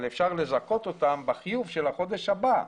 אבל אפשר לזכות אותם בחיוב של החודש הבא.